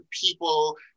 people